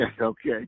okay